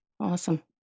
Awesome